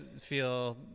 feel